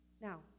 Now